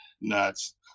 nuts